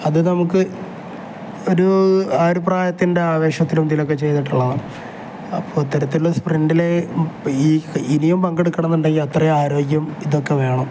അത് നമുക്ക് ഒരു ആ ഒരു പ്രായത്തിൻ്റെ ആവേശത്തിലും ഇതിലൊക്കെ ചെയ്തിട്ടുള്ളതാണ് അപ്പം ഇത്തരത്തിലുള്ള സ്പ്രിൻറ്റിലെ ഈ ഇനിയും പങ്കെടുക്കണം എന്നുണ്ടെങ്കിൽ അത്രയും ആരോഗ്യം ഇതൊക്കെ വേണം